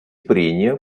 прения